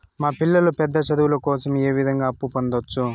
మా పిల్లలు పెద్ద చదువులు కోసం ఏ విధంగా అప్పు పొందొచ్చు?